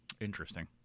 Interesting